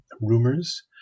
rumors